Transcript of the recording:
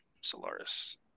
Solaris